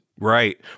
Right